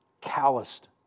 calloused